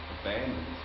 abandoned